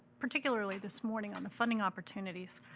particularly this morning on the funding opportunities.